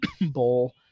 bowl